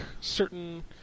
certain